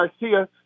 Garcia